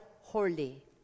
holy